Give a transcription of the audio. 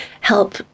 help